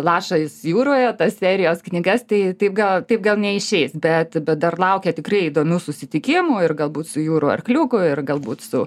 lašas jūroje tas serijos knygas tai taip gal taip gal neišeis bet dar laukia tikrai įdomių susitikimų ir galbūt su jūrų arkliuku ir galbūt su